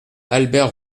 albert